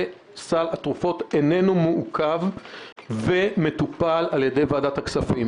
סל התרופות אינו מעוכב ומטופל על-ידי ועדת הכספים.